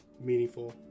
meaningful